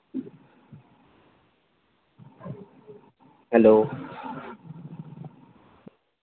hello